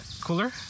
cooler